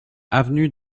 avenue